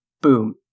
Boom